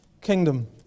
Kingdom